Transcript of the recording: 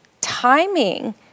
timing